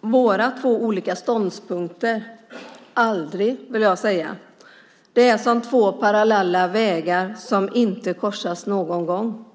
våra två olika ståndpunkter? Aldrig, vill jag säga. Det är som två parallella vägar som inte korsas någon gång.